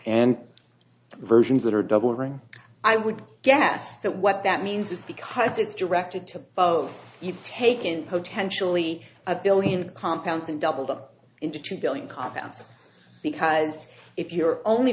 and versions that are double ring i would guess that what that means is because it's directed to both of you taking potentially a billion compounds and doubled up into two billion compounds because if you're only